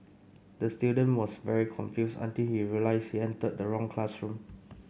the student was very confused until he realised he entered the wrong classroom